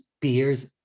beers